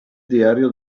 diario